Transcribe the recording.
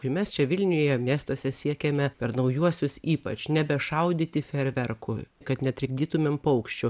ir mes čia vilniuje miestuose siekiame per naujuosius ypač nebešaudyti fejerverkų kad netrikdytumėm paukščių